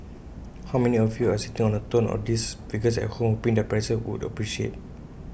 how many of you are sitting on A tonne of these figures at home hoping their prices would appreciate